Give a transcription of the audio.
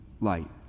Light